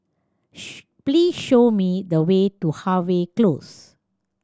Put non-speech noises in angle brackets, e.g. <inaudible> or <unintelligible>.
<unintelligible> please show me the way to Harvey Close